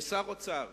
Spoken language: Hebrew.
כשר האוצר